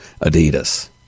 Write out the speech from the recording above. Adidas